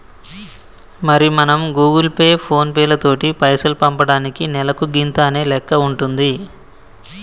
మరి మనం Google Pay phone పేలతోటి పైసలు పంపటానికి నెలకు గింత అనే లెక్క ఉంటుంది